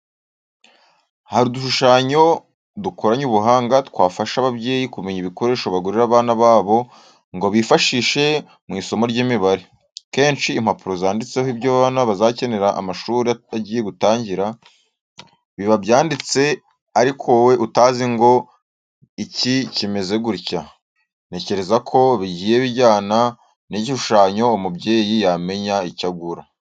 Hari udushushanyo dukoranye ubuhanga twafasha ababyeyi kumenya ibikoresho bagurira abana babo ngo bifashishe mu isomo ry'imibare. Kenshi impapuro zanditseho ibyo abana bazakenera amashuri agiye gutangira, biba byanditse ariko wowe utazi ngo iki kimeze gutya. Ntekereza ko bigiye bijyana n'igishushanyo umubyeyi yamenya icyo agura.